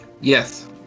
yes